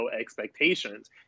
expectations